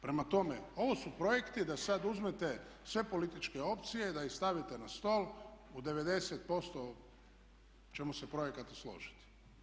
Prema tome, ovo su projekti da sad uzmete sve političke opcije, da ih stavite na stol u 90% ćemo se projekata složiti.